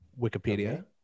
Wikipedia